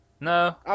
No